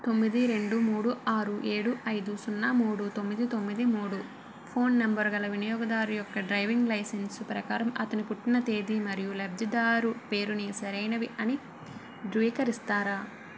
తొమ్మిది రెండు మూడు ఆరు ఏడు ఐదు సున్నా మూడు తొమ్మిది తొమ్మిది మూడు ఫోన్ నంబరు గల వినియోగదారు యొక్క డ్రైవింగ్ లైసెన్సు ప్రకారం అతని పుట్టిన తేది మరియు లబ్ధిదారు పేరుని సరైనవి అని ధృవీకరిస్తారా